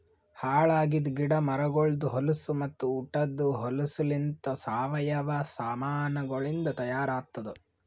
ಹಾಳ್ ಆಗಿದ್ ಗಿಡ ಮರಗೊಳ್ದು ಹೊಲಸು ಮತ್ತ ಉಟದ್ ಹೊಲಸುಲಿಂತ್ ಸಾವಯವ ಸಾಮಾನಗೊಳಿಂದ್ ತೈಯಾರ್ ಆತ್ತುದ್